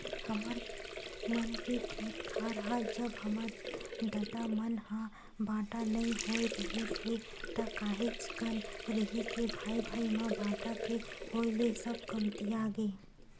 हमर मन के खेत खार ह जब हमर ददा मन ह बाटा नइ होय रिहिस हे ता काहेच कन रिहिस हे भाई भाई म बाटा के होय ले सब कमतियागे